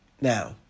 Now